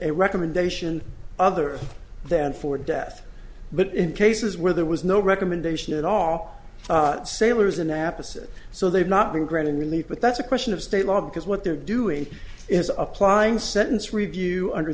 a recommendation other than for death but in cases where there was no recommendation at all sailors in napa said so they've not been granting relief but that's a question of state law because what they're doing is applying the sentence review under